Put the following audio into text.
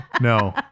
No